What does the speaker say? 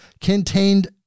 contained